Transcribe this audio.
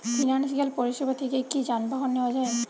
Financial পরিসেবা থেকে কি যানবাহন নেওয়া যায়?